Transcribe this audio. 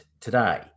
today